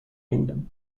kingdom